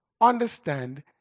understand